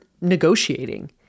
negotiating